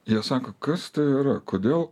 jie sako kas tai yra kodėl